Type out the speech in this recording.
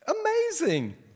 amazing